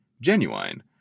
genuine